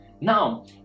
Now